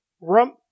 rump